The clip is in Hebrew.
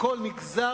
הכול נגזר,